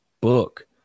book